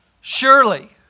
Surely